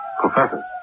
Professor